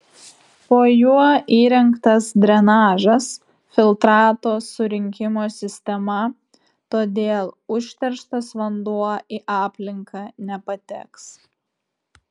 po juo įrengtas drenažas filtrato surinkimo sistema todėl užterštas vanduo į aplinką nepateks